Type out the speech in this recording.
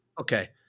Okay